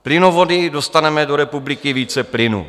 Plynovody dostaneme do republiky více plynu.